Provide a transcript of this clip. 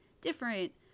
different